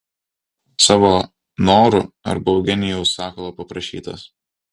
savo noru arba eugenijaus sakalo paprašytas